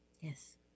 Yes